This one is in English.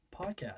podcast